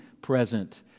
present